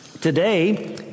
Today